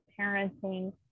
parenting